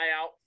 out